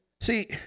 See